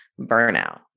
burnout